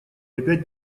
опять